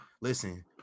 Listen